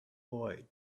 boy